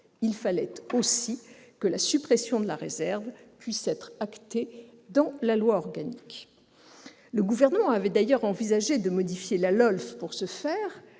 Il fallait aussi que la suppression de la réserve puisse être actée dans la loi organique. Le Gouvernement avait d'ailleurs envisagé de modifier la LOLF pour ce faire,